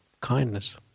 kindness